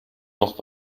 noch